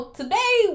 today